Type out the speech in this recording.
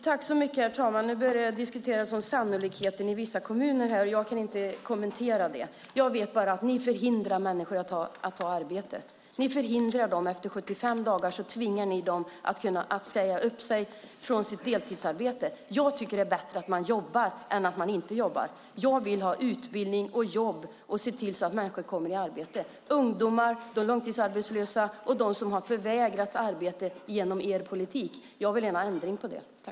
Herr talman! Nu börjar det diskuteras om sannolikheten i vissa kommuner. Jag kan inte kommentera det. Jag vet bara att ni förhindrar människor att ta arbete. Efter 75 dagar tvingar ni dem att säga upp sig från sitt deltidsarbete. Jag tycker att det är bättre att man jobbar än att man inte jobbar. Jag vill ha utbildning och jobb och se till att människor kommer i arbete, ungdomar, de långtidsarbetslösa och de som har förvägrats arbete genom er politik. Jag vill ändra på detta.